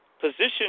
position